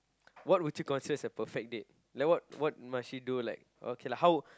what would you consider as a perfect date like what what must she do like okay lah how